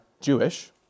Jewish